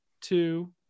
two